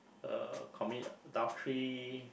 uh commit adultery